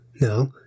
No